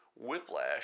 Whiplash